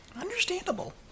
Understandable